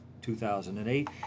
2008